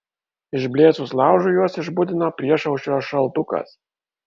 išblėsus laužui juos išbudino priešaušrio šaltukas